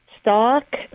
stock